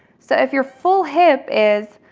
so if your full hip is,